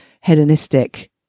hedonistic